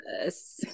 Yes